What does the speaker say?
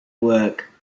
work